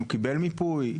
האם הוא קיבל מיפוי?